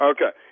Okay